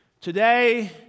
Today